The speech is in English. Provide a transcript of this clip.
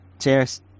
cheers